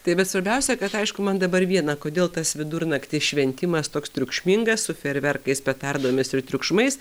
tai bet svarbiausia kad aišku man dabar viena kodėl tas vidurnaktį šventimas toks triukšmingas su fejerverkais petardomis ir triukšmais